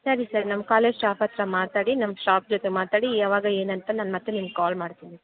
ಸರಿ ಸರ್ ನಮ್ಮ college staff ಹತ್ತಿರ ಮಾತಾಡಿ ನಮ್ಮ ಶ್ಟಾಫ್ ಜೊತೆ ಮಾತಾಡಿ ಯಾವಾಗ ಏನಂತ ನಾನು ಮತ್ತೆ ನಿಮ್ಗೆ ಕಾಲ್ ಮಾಡ್ತೀನಿ